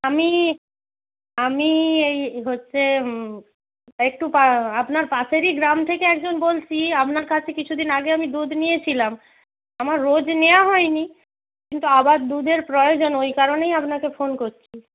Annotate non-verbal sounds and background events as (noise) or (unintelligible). আমি আমি এই হচ্ছে একটু (unintelligible) আপনার পাশেরই গ্রাম থেকে একজন বলছি আপনার কাছে কিছুদিন আগে আমি দুধ নিয়েছিলাম আমার রোজ নেওয়া হয়নি কিন্তু আবার দুধের প্রয়োজন ওই কারণেই আপনাকে ফোন করছি